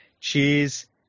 Cheers